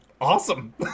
Awesome